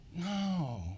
No